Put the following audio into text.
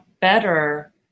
better